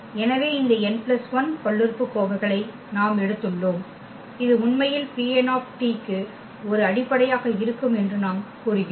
எனவே இந்த n 1 n 1 பல்லுறுப்புக்கோவைகளை நாம் எடுத்துள்ளோம் இது உண்மையில் Pn க்கு ஒரு அடிப்படையாக இருக்கும் என்று நாம் கூறுகிறோம்